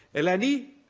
eleni,